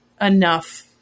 enough